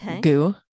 goo